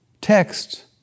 text